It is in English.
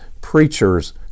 preachers